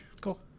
Cool